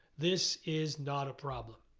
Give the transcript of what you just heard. this is not a problem.